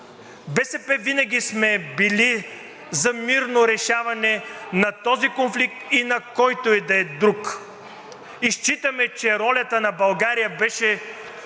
БСП винаги сме били за мирно решаване на този конфликт и на който и да е друг и считаме, че ролята на България беше